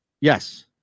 Yes